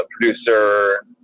producer